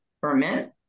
permit